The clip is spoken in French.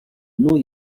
new